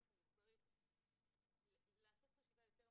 החינוך צריך לעשות חשיבה יותר מעמיקה.